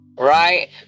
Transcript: Right